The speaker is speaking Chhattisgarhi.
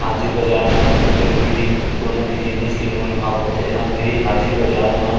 हाजिर बजार म तुरते उहीं दिन कोनो भी जिनिस के मोल भाव होथे ह भई हाजिर बजार म